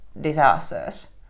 disasters